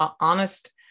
honest